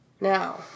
Now